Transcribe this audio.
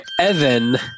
Evan